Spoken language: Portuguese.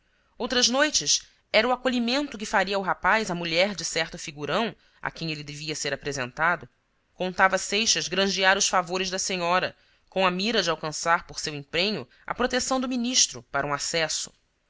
outras noites era o acolhimento que faria ao rapaz a mulher de certo figurão a quem ele devia ser apresentado contava seixas granjear os favores da senhora com a mira de alcançar por seu empenho a proteção do ministro para um acesso